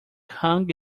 hung